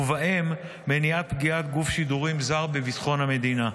ובהן מניעת פגיעת גוף שידורים זר בביטחון המדינה,